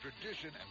Tradition